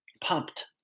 pumped